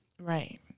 Right